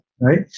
right